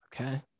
Okay